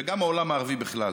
וגם העולם הערבי בכלל,